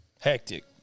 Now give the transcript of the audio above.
Hectic